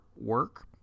work